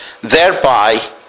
thereby